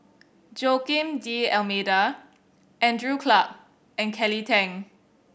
Joaquim D'Almeida Andrew Clarke and Kelly Tang